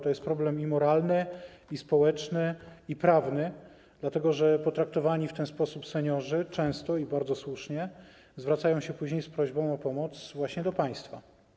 To jest problem i moralny, i społeczny, i prawny, dlatego że potraktowani w ten sposób seniorzy często - i bardzo słusznie - zwracają się później z prośbą o pomoc właśnie do państwa.